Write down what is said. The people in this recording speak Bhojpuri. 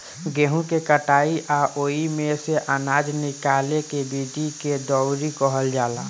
गेहूँ के कटाई आ ओइमे से आनजा निकाले के विधि के दउरी कहल जाला